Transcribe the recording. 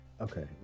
Okay